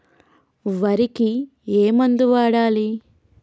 వరికి ఏ మందు వాడాలి?